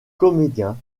comédien